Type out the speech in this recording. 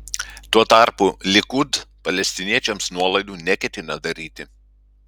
tuo tarpu likud palestiniečiams nuolaidų neketina daryti